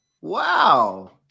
Wow